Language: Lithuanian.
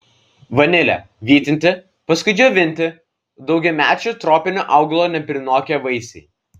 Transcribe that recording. vanilė vytinti paskui džiovinti daugiamečio tropinio augalo neprinokę vaisiai